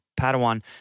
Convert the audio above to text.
Padawan